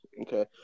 Okay